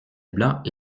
blanc